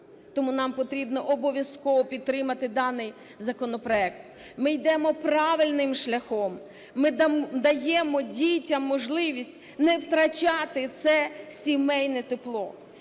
Тому нам потрібно обов'язково підтримати даний законопроект. Ми йдемо правильним шляхом, ми даємо дітям можливість не втрачати це сімейне тепло.